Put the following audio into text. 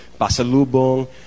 Pasalubong